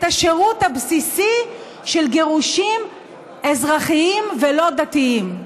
השירות הבסיסי של גירושים אזרחיים ולא דתיים.